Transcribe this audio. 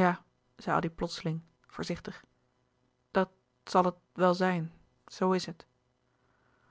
ja zei addy plotseling voorzichtig dat zal het wel zijn zoo is het